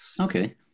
Okay